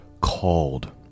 called